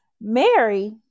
Mary